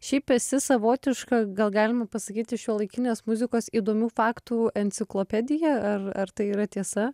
šiaip esi savotiška gal galima pasakyti šiuolaikinės muzikos įdomių faktų enciklopedija ar ar tai yra tiesa